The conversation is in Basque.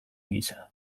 gisa